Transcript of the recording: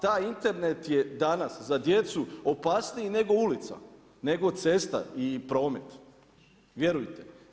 Ta Internet je danas za djecu opasniji nego ulica, nego cesta i promet, vjerujte.